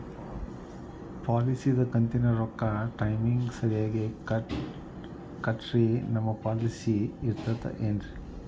ಪಾಲಿಸಿದು ಕಂತಿನ ರೊಕ್ಕ ಟೈಮಿಗ್ ಸರಿಗೆ ಕಟ್ಟಿಲ್ರಿ ನಮ್ ಪಾಲಿಸಿ ಇರ್ತದ ಏನ್ರಿ?